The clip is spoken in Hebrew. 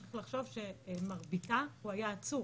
צריך לחשוב שמרביתה הוא היה עצור,